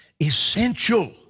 essential